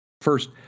First